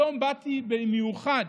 היום באתי במיוחד